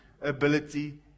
ability